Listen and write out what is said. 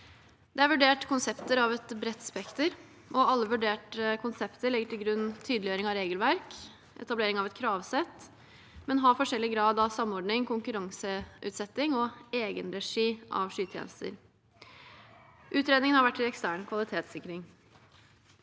Det er vurdert konsepter av et bredt spekter. Alle vurderte konsepter legger til grunn tydeliggjøring av regelverk og etablering av et kravsett, men har ulik grad av samordning, konkurranseutsetting og egenregi av skytjenester. Utredningen har vært til ekstern kvalitetssikring.